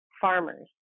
Farmers